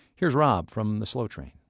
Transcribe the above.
here's rob from the slow train